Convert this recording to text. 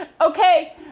okay